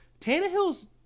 Tannehill's